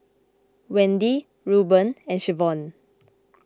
Wendi Reuben and Shavonne